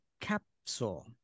capsule